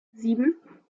sieben